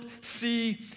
see